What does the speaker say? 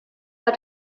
war